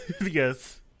Yes